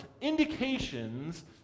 indications